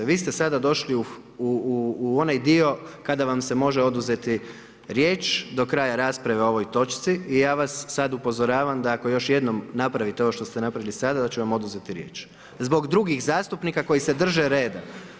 Vi ste sada u onaj dio kada vam se može oduzeti riječ do kraja rasprave o ovoj točci i ja vas sada upozoravam da ako još jednom napravite ovo što ste napravili, da ću vam oduzeti riječi, zbog drugih zastupnika koji se drže reda.